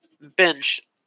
bench